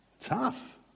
tough